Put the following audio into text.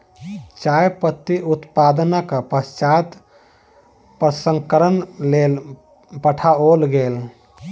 चाय पत्ती उत्पादनक पश्चात प्रसंस्करणक लेल पठाओल गेल